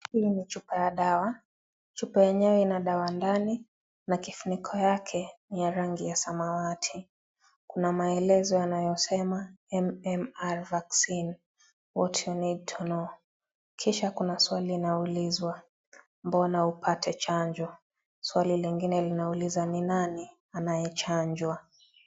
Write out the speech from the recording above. Hii ni chupa ya dawa, chupa yenyewe ina dawa ndani na kifuniko yake ni ya rangi ya samawati. Kuna maelezo yanayosema; MMR Vaccine What You Need to Know . Kisha kuna swali inaulizwa; ''Mbona upate chanjo?'' Swali lingine linauliza; ''Ni nani anayechanjwa?''